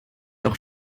auch